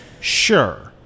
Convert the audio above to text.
sure